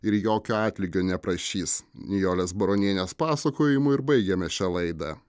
ir jokio atlygio neprašys nijolės baronienės pasakojimu ir baigiame šią laidą